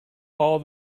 all